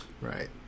Right